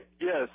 Yes